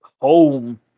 home